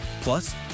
Plus